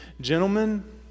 gentlemen